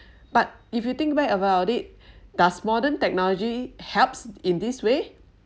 but if you think back about it does modern technology help in this way